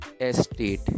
estate